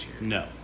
No